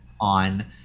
on